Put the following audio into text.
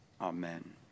Amen